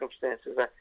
circumstances